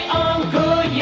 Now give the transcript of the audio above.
uncle